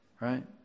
right